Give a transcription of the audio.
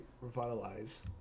revitalize